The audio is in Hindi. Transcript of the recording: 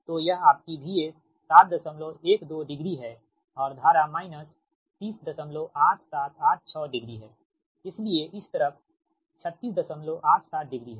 तो यह आपकी VS 712 डिग्री है और धारा माइनस 308786 डिग्री है इसलिए इस तरफ 3687 डिग्री है